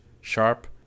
sharp